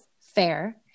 fair